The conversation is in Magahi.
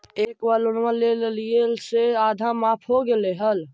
एक बार लोनवा लेलियै से आधा माफ हो गेले हल?